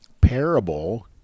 parable